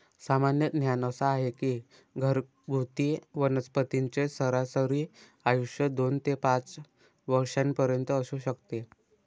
सामान्य ज्ञान असा आहे की घरगुती वनस्पतींचे सरासरी आयुष्य दोन ते पाच वर्षांपर्यंत असू शकते